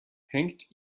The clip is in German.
hängt